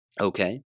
okay